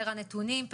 פר הנתונים,